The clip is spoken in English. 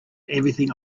everything